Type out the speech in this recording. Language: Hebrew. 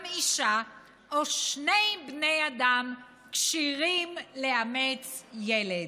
גם אישה או שני בני אדם כשירים לאמץ ילד.